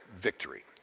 victory